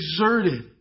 exerted